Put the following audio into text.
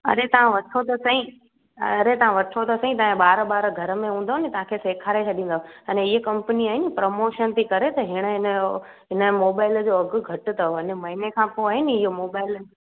अरे तव्हां वठो त सही अरे तव्हां वठो त सही तव्हांजा ॿार ॿार घर में हूंदव नी तव्हांखे सेखारे छॾींदव अने ईअ कंंपनी आहिनि प्रमोशन थी करे त हीअंर हिनजो हिन मोबाइल जो अघि घटि अथव अञा महीने खां पोइ आहे नी इहो मोबाइल